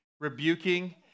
rebuking